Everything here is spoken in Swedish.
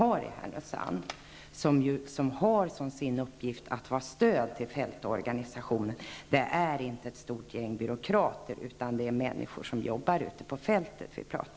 Denna administration har till uppgift att vara ett stöd för fältorganisationen. Det är inte en stor samling byråkrater, utan vi talar om människor som jobbar ute på fältet.